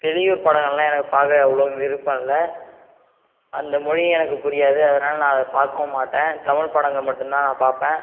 படங்களெலாம் எனக்கு பார்க்க அவ்வளோ விருப்போம் இல்லை அந்த மொழியும் எனக்கு புரியாது அதனால் நான் அதை பார்க்கவும் மாட்டேன் தமிழ் படங்கள் மட்டுந்தான் நான் பார்ப்பேன்